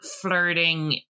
flirting